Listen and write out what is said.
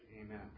Amen